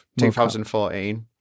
2014